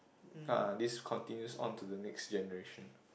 uh this continues on to the next generation